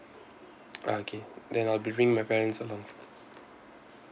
okay then I'll be bringing my parents along